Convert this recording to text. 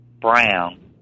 Brown